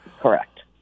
correct